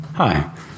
Hi